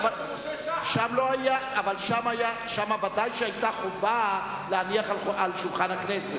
אבל שם ודאי שהיתה חובה להניח על שולחן הכנסת.